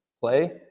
play